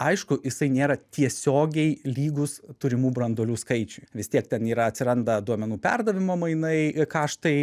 aišku jisai nėra tiesiogiai lygus turimų branduolių skaičiui vis tiek ten yra atsiranda duomenų perdavimo mainai kaštai